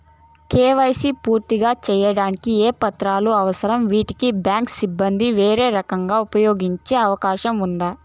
KYC పూర్తి సేయడానికి ఏ పత్రాలు అవసరం, వీటిని బ్యాంకు సిబ్బంది వేరే రకంగా ఉపయోగించే అవకాశం ఉందా?